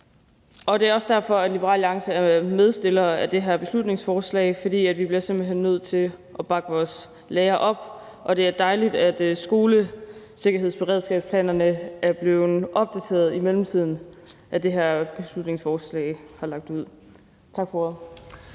og det er også derfor, Liberal Alliance er medstillere på det her beslutningsforslag. For vi bliver simpelt hen nødt til at bakke vores lærere op, og det er dejligt, at skolesikkerhedsberedskabsplanerne er blevet opdateret i mellemtiden, siden det her beslutningsforslag blev lagt ud. Tak for ordet.